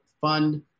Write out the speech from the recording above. fund